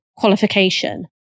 qualification